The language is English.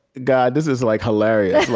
god, this is like hilarious.